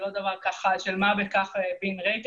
זה לא דבר של מה בכך אלא